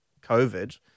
COVID